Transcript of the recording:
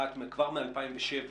אחת כבר מ-2007.